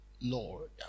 Lord